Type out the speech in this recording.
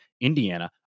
Indiana